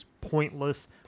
pointless